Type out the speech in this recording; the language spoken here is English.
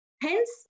Hence